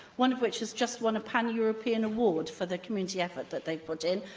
one of which has just won a pan-european award for the community effort that they put in,